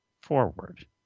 forward